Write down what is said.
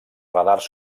radars